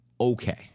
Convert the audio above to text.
okay